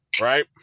right